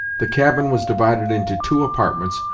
the cabin was divided into two apartments,